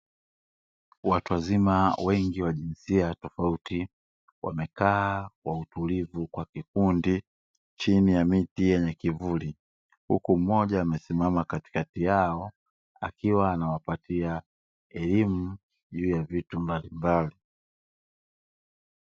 Watu wazima wengi wa jinsia ya tofauti wamekaa Kwa utulivu Kwa vikundi chini ya miti yenye kivuli, huku mmoja amesimama Katikati yao akiwa anawapatia elimu juu ya vitu mbalimbali.